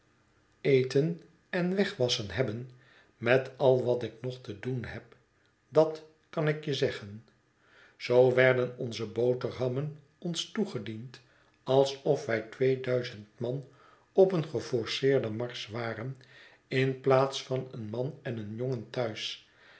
eten en wegwasschen hebben met al wat ik nog te doen heb dat kan ik je zeggen zoo werden onze boterhammen ons toegediend alsof wij twee duizend man op een geforceerden marsch waren in plaats van een man en een jongen thuis